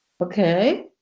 Okay